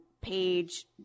page